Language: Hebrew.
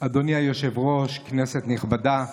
אדוני היושב-ראש, כנסת נכבדה,